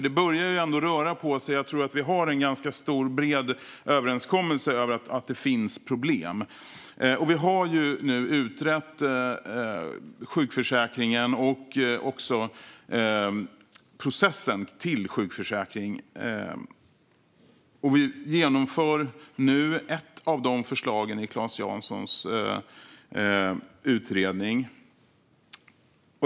Det börjar ju ändå röra på sig. Jag tror att vi har en ganska stor och bred samsyn om att det finns problem. Vi har nu utrett sjukförsäkringen och processen fram till sjukförsäkring, och vi genomför ett av förslagen i Claes Janssons utredning.